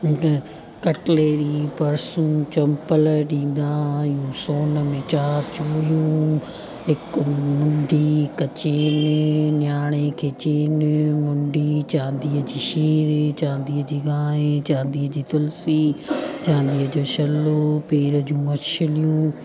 cutlery पर्सू चम्पल ॾींदा आहियूं सोन में चार चूड़ियूं हिकु मुंडी हिकु चेन न्याणे खे चेन मुंडी चांदीअ जी शिर चांदीअ जी गांहि चांदीअ जी तुलसी चांदीअ जो छलो पेर जी मछलियूं